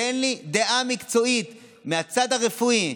תן לי דעה מקצועית מהצד הרפואי,